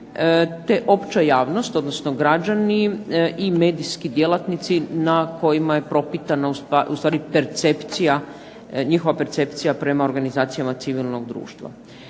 te opća javnost, odnosno građani i medijski djelatnici na kojima je propitano, ustvari percepcija, njihova percepcija prema organizacijama civilnog društva.